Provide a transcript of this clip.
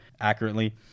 accurately